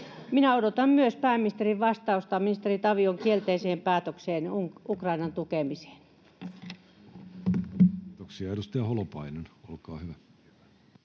Minä odotan myös pääministerin vastausta ministeri Tavion kielteiseen päätökseen Ukrainan tukemiseen. Kiitoksia. — Edustaja Holopainen, olkaa hyvä.